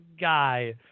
guy